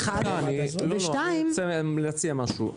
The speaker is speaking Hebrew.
גילה, אני רוצה להציע משהו.